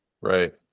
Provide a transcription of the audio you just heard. right